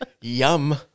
yum